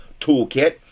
toolkit